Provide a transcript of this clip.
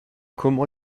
comment